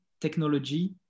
technology